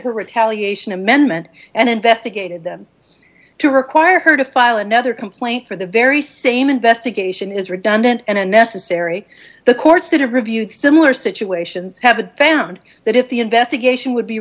her retaliation amendment and investigated them to require her to file another complaint for the very same investigation is redundant and unnecessary the courts that have reviewed similar situations have a found that if the investigation would be